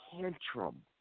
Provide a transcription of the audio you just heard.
tantrum